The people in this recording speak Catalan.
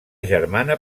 germana